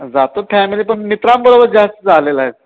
जातो फॅमिली पण मित्रांबरोबर जास्त झालेला